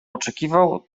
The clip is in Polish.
oczekiwał